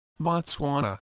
Botswana